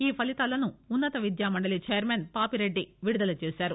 ఈ ఫలితాలను ఉన్నత విద్యామండలి చైర్మన్ పాపిరెడ్డి విడుదల చేశారు